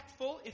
impactful